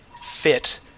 fit